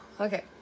Okay